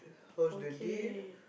how was the deal